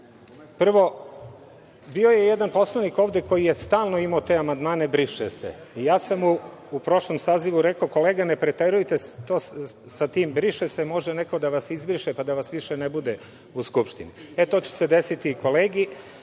bio je jedan poslanik ovde koji je stalno imao te amandmane – briše se. Ja sam u prošlom sazivu rekao – kolega ne preterujte sa tim „briše se“, može neko da vas izbriše pa da vas više ne bude u Skupštini. E, to će se desiti i kolegi